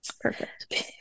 Perfect